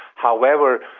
however,